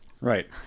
Right